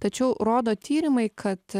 tačiau rodo tyrimai kad